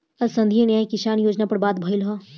आज संघीय न्याय किसान योजना पर बात भईल ह